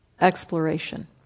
exploration